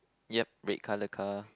yup red colour car